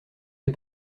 des